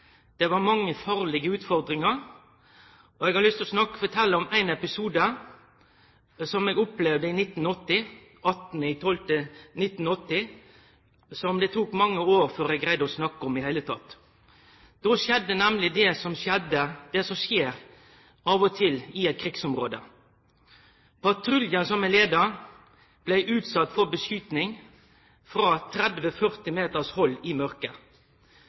mange farlege utfordringar. Eg har lyst å fortelje om ein episode som eg opplevde 18. desember 1980, som det tok mange år før eg greidde å snakke om i det heile. Då skjedde nemleg det som skjer av og til i eit krigsområde: Patruljen som eg leidde, blei utsett for skyting frå 30–40 meters hald i mørket.